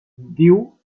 diu